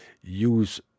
use